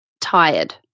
tired